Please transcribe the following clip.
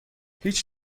هیچ